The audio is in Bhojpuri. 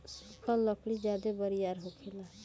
सुखल लकड़ी ज्यादे बरियार होखेला